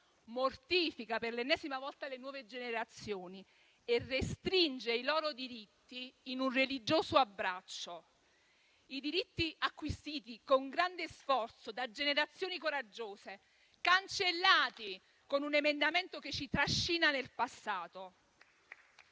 mortifica per l'ennesima volta le nuove generazioni e restringe i loro diritti in un religioso abbraccio. I diritti acquisiti con grande sforzo, da generazioni coraggiose, sono stati cancellati con un emendamento che ci trascina nel passato.